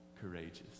courageous